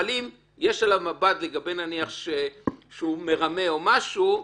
אבל אם יש עליו מב"ד שהוא מרמה או משהו,